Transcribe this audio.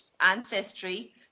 ancestry